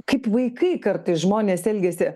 kaip vaikai kartais žmonės elgiasi